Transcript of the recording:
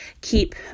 keep